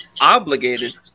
obligated